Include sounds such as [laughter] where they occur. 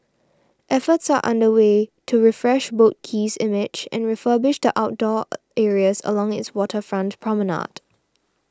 efforts are under way to refresh Boat Quay's image and refurbish the outdoor [hesitation] areas along its waterfront promenade